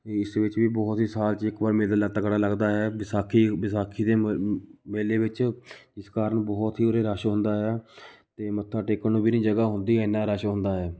ਇਸ ਵਿੱਚ ਵੀ ਬਹੁਤ ਹੀ ਸਾਲ 'ਚ ਇੱਕ ਵਾਰ ਮੇਲਾ ਤਕੜਾ ਲੱਗਦਾ ਹੈ ਵਿਸਾਖੀ ਵਿਸਾਖੀ ਦੇ ਮ ਮੇਲੇ ਵਿੱਚ ਇਸ ਕਾਰਨ ਬਹੁਤ ਹੀ ਉਰੇ ਰਸ਼ ਹੁੰਦਾ ਹੈ ਅਤੇ ਮੱਥਾ ਟੇਕਣ ਨੂੰ ਵੀ ਨਹੀਂ ਜਗ੍ਹਾ ਹੁੰਦੀ ਇੰਨਾ ਰਸ਼ ਹੁੰਦਾ ਹੈ